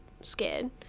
scared